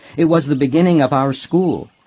it was the beginning of our school.